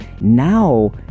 now